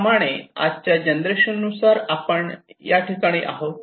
त्याप्रमाणे आजच्या जनरेशन नुसार आपण या ठिकाणी आहोत